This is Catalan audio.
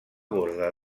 borda